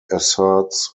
asserts